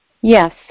Yes